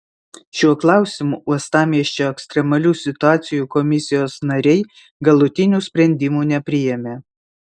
šiuo klausimu uostamiesčio ekstremalių situacijų komisijos nariai galutinių sprendimų nepriėmė